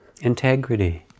integrity